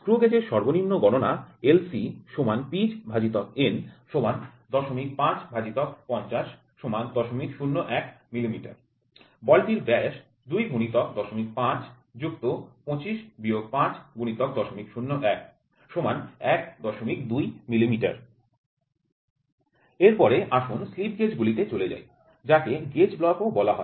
screw গেজের সর্বনিম্ন গণনা Least Count LC পিচn ০৫৫০ ০০১ মিমি বলটির ব্যাস ২ × ০৫ ২৫ ৫ × ০০১ ১২ মিমি এরপরে আসুন স্লিপ গেজ গুলিতে চলে যাই যাকে গেজ ব্লক ও বলা হয়